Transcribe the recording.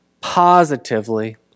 positively